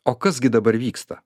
o kas gi dabar vyksta